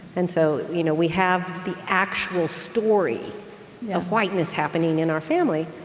and so you know we have the actual story of whiteness happening in our family